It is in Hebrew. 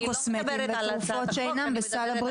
קוסמטיים ותרופות שאינן בסל הבריאות".